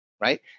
right